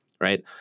right